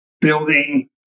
building